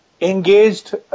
engaged